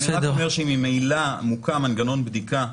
אני רק אומר שממילא מוקם מנגנון בדיקה,